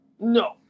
no